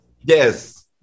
Yes